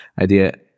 idea